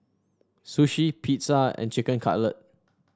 Sushi Pizza and Chicken Cutlet